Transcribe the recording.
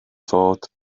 fod